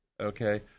okay